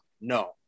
No